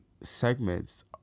segments